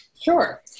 Sure